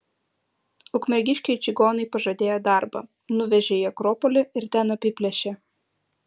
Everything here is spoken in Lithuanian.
ukmergiškiui čigonai pažadėjo darbą nuvežė į akropolį ir ten apiplėšė